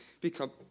become